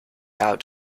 out